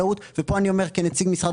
אבל אני מזכיר לך שבתחילת שנות